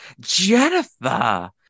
Jennifer